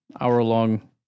hour-long